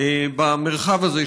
במרחב הזה,